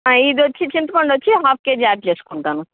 ఇది వచ్చి చింతపండు వచ్చి హాఫ్ కేజీ యాడ్ చేసుకుంటాను